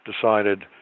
decided